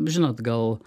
žinot gal